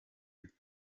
nti